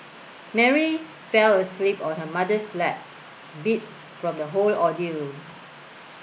Mary fell asleep on her mother's lap beat from the whole ordeal